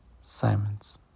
Simons